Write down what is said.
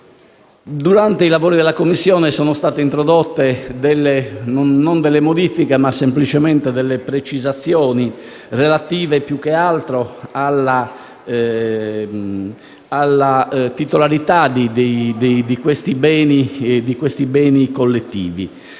Durante i lavori della Commissione sono state introdotte non delle modifiche, ma semplicemente delle precisazioni relative più che altro alla titolarità di questi beni collettivi,